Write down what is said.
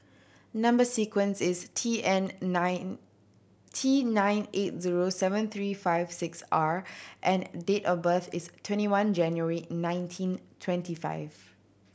number sequence is T eight nine T nine eight zero seven three five six R and date of birth is twenty one January nineteen twenty five